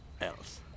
else